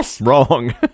wrong